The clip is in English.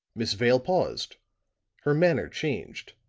miss vale paused her manner changed,